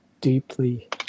deeply